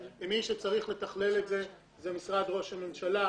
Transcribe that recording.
מי שצריך לתכלל את הזה זה משרד ראש הממשלה,